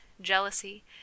jealousy